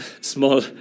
small